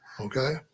Okay